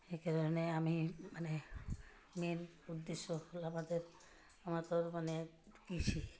সেইকাৰণে আমি মানে মেইন উদ্দেশ্য হ'ল আমাৰ আমাতোৰ মানে কৃষি